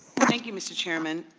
thank you, mr. chairman.